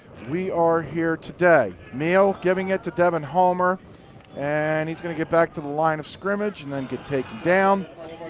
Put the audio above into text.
we are here today. meehl giving it to devon homer and he is going to get back to the line of scrimmage and and get taken down.